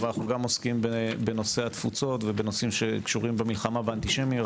אך גם אנו עוסקים בנושא התפוצות ובנושאים שקשורים במלחמה באנטישמיות,